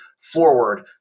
forward